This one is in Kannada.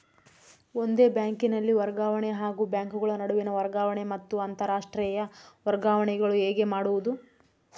ಒಂದೇ ಬ್ಯಾಂಕಿನಲ್ಲಿ ವರ್ಗಾವಣೆ ಹಾಗೂ ಬ್ಯಾಂಕುಗಳ ನಡುವಿನ ವರ್ಗಾವಣೆ ಮತ್ತು ಅಂತರಾಷ್ಟೇಯ ವರ್ಗಾವಣೆಗಳು ಹೇಗೆ ಮಾಡುವುದು?